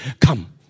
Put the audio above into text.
Come